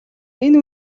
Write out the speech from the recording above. энэ